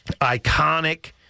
iconic